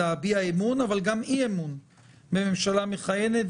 להביע אמון וגם אי-אמון בממשלה מכהנת.